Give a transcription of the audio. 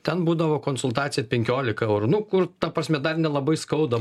ten būdavo konsultacija penkiolika eurų nu kur ta prasme dar nelabai skauda